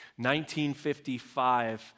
1955